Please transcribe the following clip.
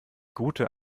gute